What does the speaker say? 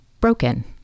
broken